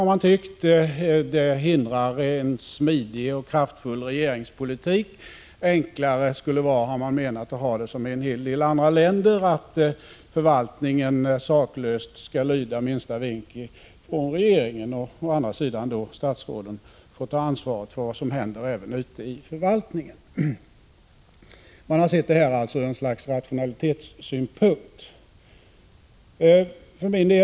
Principen hindrar en kraftfull och smidig regeringspolitik — enklare skulle vara, har man menat, att ha det som i en hel del andra länder, så att förvaltningen saklöst skall lyda minsta vink från regeringen och att statsråden å andra sidan skall få ta ansvaret även för vad som händer ute i förvaltningen. Man har sett det hela ur ett slags rationalitetssynpunkt.